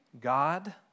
God